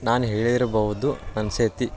ನಾನು ಹೇಳಿರ್ಬೌದು ಅನಿಸೇತಿ